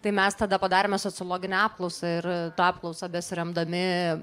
tai mes tada padarėme sociologinę apklausą ir ta apklausa besiremdami